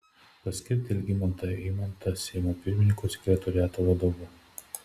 paskirti algimantą eimantą seimo pirmininko sekretoriato vadovu